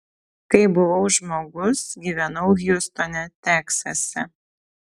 kai buvau žmogus gyvenau hjustone teksase